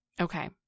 Okay